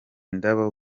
indabo